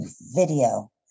video